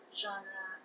genre